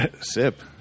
SIP